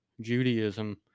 Judaism